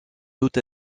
doute